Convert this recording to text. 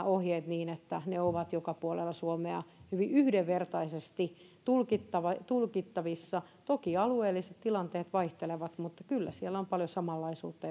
ohjeet niin että ne ovat joka puolella suomea hyvin yhdenvertaisesti tulkittavissa tulkittavissa toki alueelliset tilanteet vaihtelevat mutta kyllä siellä on paljon samanlaisuutta